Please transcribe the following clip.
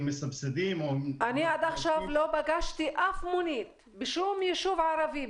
מסבסדים --- אני עד עכשיו לא פגשתי אף מונית בשום יישוב ערבי.